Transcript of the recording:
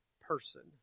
person